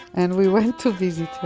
and we went to visit